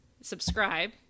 subscribe